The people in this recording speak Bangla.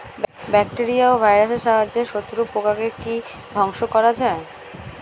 ব্যাকটেরিয়া ও ভাইরাসের সাহায্যে শত্রু পোকাকে কি ধ্বংস করা যায়?